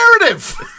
narrative